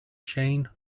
jane